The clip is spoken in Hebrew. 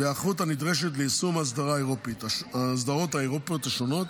בהיערכות הנדרשת ליישום האסדרות האירופיות השונות